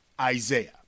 Isaiah